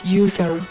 user